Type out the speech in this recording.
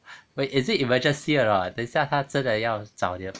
wait is it emergency or not 等一下他真的要找你